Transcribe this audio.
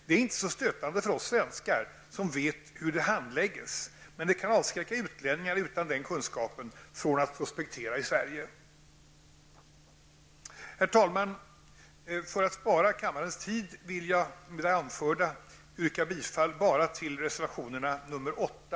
Det är inte så stötande för oss svenskar som vet hur det handläggs, men det kan avskräcka utlänningar utan denna kunskap från att prospektera i Sverige. Herr talman! För att spara kammarens tid vill jag med det anförda yrka bifall bara till reservationerna